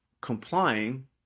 complying